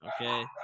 okay